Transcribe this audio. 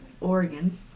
Oregon